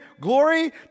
glory